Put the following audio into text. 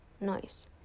noise